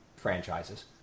franchises